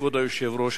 כבוד היושב-ראש,